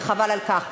וחבל על כך.